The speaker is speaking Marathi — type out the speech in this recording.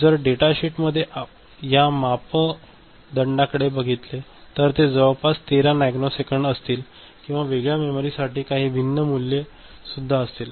जर डेटा शीट मध्ये या प्रत्येक मापदंडाकडे बघितले तर ते जवळपास 13 नॅनोसेकंद असतील किंवा वेगळ्या मेमरी साठी काही भिन्न मूल्ये सुद्धा असतील